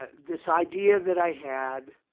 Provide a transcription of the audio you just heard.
this idea that i had